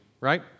right